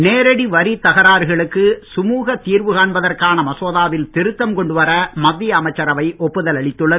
நேரடி வரித் தகராறுகளுக்கு சுழுகத் தீர்வு காண்பதற்கான மசோதாவில் திருத்தம் கொண்டுவர மத்திய அமைச்சரவை ஒப்புதல் அளித்துள்ளது